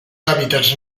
hàbitats